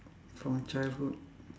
from childhood